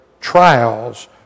trials